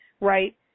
right